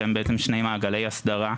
שהם בעצם שתי מעגלי הסדרה,